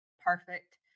perfect